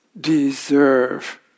deserve